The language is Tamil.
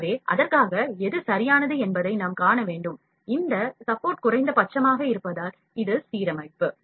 எனவே அதற்காக எது சரியானது என்பதை நாம் காண வேண்டும் இந்த ஆதரவு குறைந்தபட்சமாக இருப்பதால் இது சீரமைப்பு